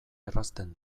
errazten